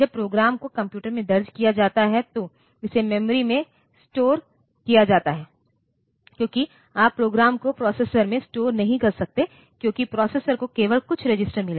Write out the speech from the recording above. जब प्रोग्राम को कंप्यूटर में दर्ज किया जाता है तो इसे मेमोरी में स्टोर किया जाता है क्योंकि आप प्रोग्राम को प्रोसेसर में स्टोर नहीं कर सकते क्योंकि प्रोसेसर को केवल कुछ रजिस्टर मिले हैं